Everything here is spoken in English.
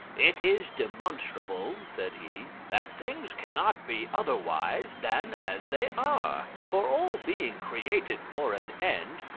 it is demonstrable, said he, that things cannot be otherwise than as they are for all being created for an end,